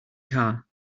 tar